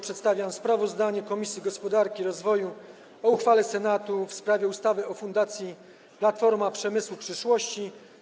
Przedstawiam sprawozdanie Komisji Gospodarki i Rozwoju o uchwale Senatu w sprawie ustawy o Fundacji Platforma Przemysłu Przyszłości.